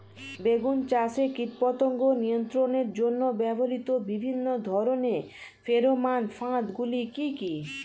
বেগুন চাষে কীটপতঙ্গ নিয়ন্ত্রণের জন্য ব্যবহৃত বিভিন্ন ধরনের ফেরোমান ফাঁদ গুলি কি কি?